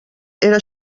era